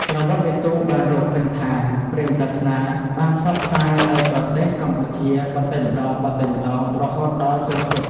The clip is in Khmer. ប្រវត្តិវិទូបានរកឃើញថា ព្រាហ្មណ៍សាសនាបានផ្សព្វផ្សាយនៅប្រទេសកម្ពុជាបន្តិចម្ដងៗរហូតដល់ចូលស៊ប់។